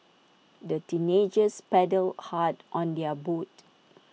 the teenagers paddled hard on their boat